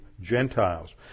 Gentiles